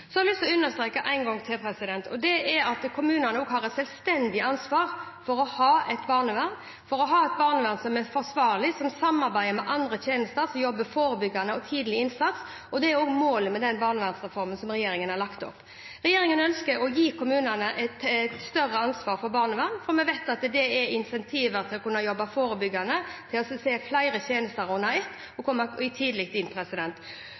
har lyst til å understreke én gang til at kommunene har et selvstendig ansvar for ha et barnevern som er forsvarlig, som samarbeider med andre tjenester, og som jobber forebyggende og med tidlig innsats. Det er også målet med den barnevernsreformen som regjeringen har lagt fram. Regjeringen ønsker å gi kommunene et større ansvar for barnevernet, for vi vet at det er et incentiv til å kunne jobbe forebyggende, til å se flere tjenester under ett og å komme tidlig inn.